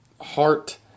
heart